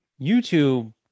YouTube